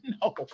no